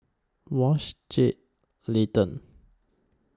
Wash Jed Layton